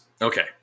Okay